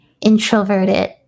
introverted